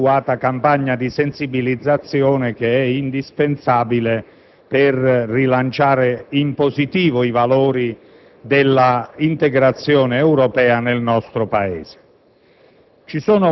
un'adeguata campagna di sensibilizzazione, indispensabile per rilanciare in positivo i valori dell'integrazione europea nel nostro Paese.